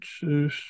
two